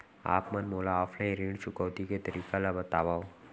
आप मन मोला ऑफलाइन ऋण चुकौती के तरीका ल बतावव?